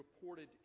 reported